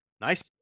Nice